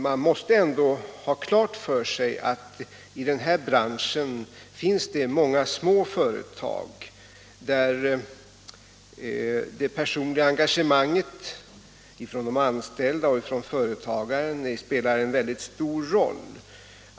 Man måste ändå ha klart för sig att det i denna bransch finns många små företag, där det personliga engagemanget från de anställda och företagaren spelar en väldigt stor roll.